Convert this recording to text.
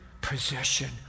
possession